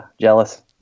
Jealous